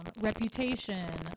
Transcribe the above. reputation